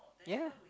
yeah